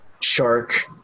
Shark